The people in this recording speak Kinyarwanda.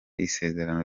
isezerano